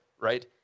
right